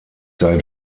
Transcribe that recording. sei